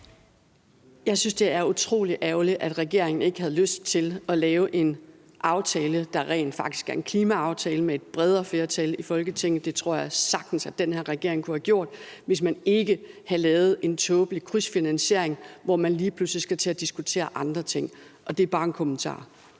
Jeg synes, det er utrolig ærgerligt, at regeringen ikke havde lyst til at lave en aftale, der rent faktisk er en klimaaftale, med et bredere flertal i Folketinget. Det tror jeg sagtens den her regering kunne have gjort, hvis man ikke havde lavet en tåbelig krydsfinansiering, hvor man lige pludselig skal til at diskutere andre ting. Det er bare en kommentar.